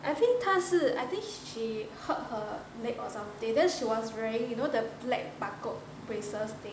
I think 她是 I think she hurt her leg or something then she was very you know the black barcode braces thing